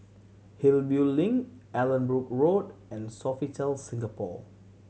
Hillview Link Allanbrooke Road and Sofitel Singapore